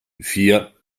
vier